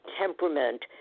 temperament